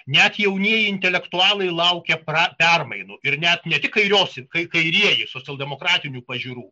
net jaunieji intelektualai laukė pra permainų ir net ne tik kairiosios kairieji socialdemokratinių pažiūrų